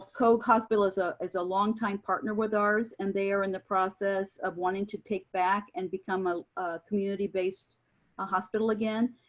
hoag hospital is ah is a long time partner with ours and they are in the process of wanting to take back and become a community based ah hospital again.